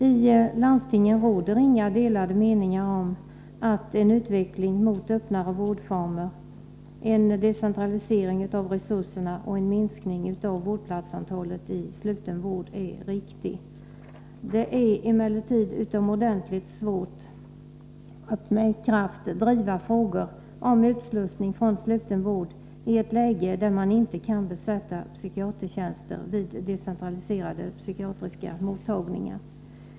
I landstingen råder inga delade meningar om att en utveckling mot öppnare vårdformer, decentralisering av resurserna och minskning av vårdplatsantalet i sluten vård är riktig. Det är emellertid utomordentligt svårt att med kraft driva frågor om utslussning från sluten vård i ett läge där man inte kan besätta psykiatertjänster vid decentraliserade psykiatriska mottagningar.